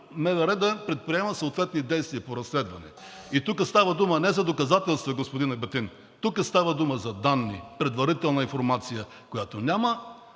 МВР да предприема съответни действия по разследване? И тук става дума не за доказателства, господин Ебатин, тук става дума за данни, предварителна информация, която няма